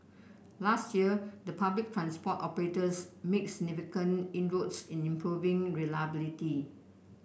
last year the public transport operators made significant inroads in improving reliability